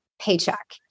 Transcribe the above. paycheck